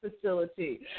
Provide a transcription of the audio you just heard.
facility